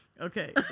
Okay